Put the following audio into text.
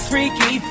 Freaky